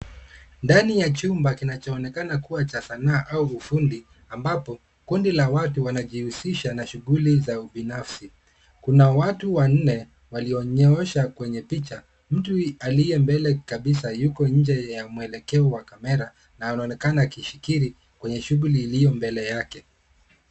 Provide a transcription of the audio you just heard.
Ndani ya chumba kinachoonekana kuwa cha sanaa au ufundi, kuna kundi la watu wanaojishughulisha na shughuli za ubunifu. Kuna watu wanne walioonyeshwa kwenye picha, mtu aliye mbele kabisa yuko nyuma kidogo ya mwelekeo wa kamera na anaonekana kushiriki kwenye shughuli iliyo mbele yake.